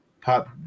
pop